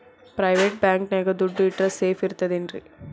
Private bank ನ್ಯಾಗ್ ದುಡ್ಡ ಇಟ್ರ ಸೇಫ್ ಇರ್ತದೇನ್ರಿ?